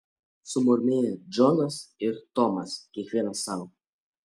sumurmėję džonas ir tomas kiekvienas sau